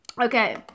Okay